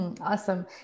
Awesome